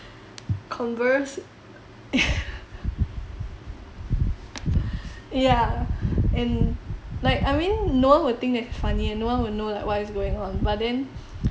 converse ya and like I mean no one will think that it's funny and no one will know like what is going on but then